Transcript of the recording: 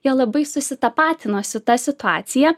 jie labai susitapatina su ta situacija